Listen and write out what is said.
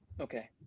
Okay